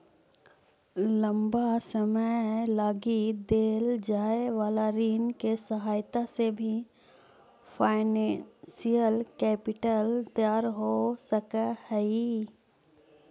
लंबा समय लगी देल जाए वाला ऋण के सहायता से भी फाइनेंशियल कैपिटल तैयार हो सकऽ हई